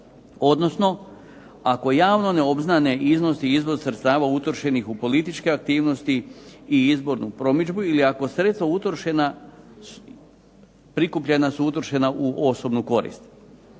odnosno ako javno ne obznane iznos i iznos sredstava utrošenih u političke aktivnosti i izbornu promidžbu, ili ako sredstva utrošena prikupljena su utrošena u osobnu korist.